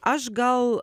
aš gal